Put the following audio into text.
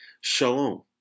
shalom